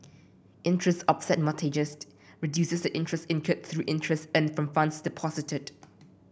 interest offset mortgages reduces interest incurred through interest earned from funds deposited